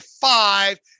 five